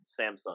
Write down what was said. samsung